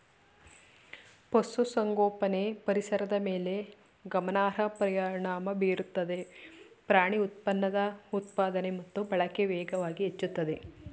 ಪಶುಸಂಗೋಪನೆ ಪರಿಸರದ ಮೇಲೆ ಗಮನಾರ್ಹ ಪರಿಣಾಮ ಬೀರುತ್ತದೆ ಪ್ರಾಣಿ ಉತ್ಪನ್ನದ ಉತ್ಪಾದನೆ ಮತ್ತು ಬಳಕೆ ವೇಗವಾಗಿ ಹೆಚ್ಚಾಗಿದೆ